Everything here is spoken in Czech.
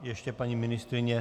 Ještě paní ministryně.